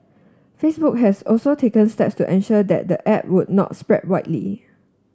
Facebook has also taken step to ensure that the app would not spread widely